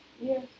Yes